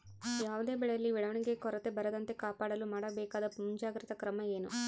ಯಾವುದೇ ಬೆಳೆಯಲ್ಲಿ ಬೆಳವಣಿಗೆಯ ಕೊರತೆ ಬರದಂತೆ ಕಾಪಾಡಲು ಮಾಡಬೇಕಾದ ಮುಂಜಾಗ್ರತಾ ಕ್ರಮ ಏನು?